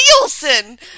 nielsen